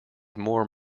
more